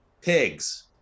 Pigs